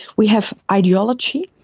we have ideology.